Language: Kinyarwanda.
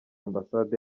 ambasade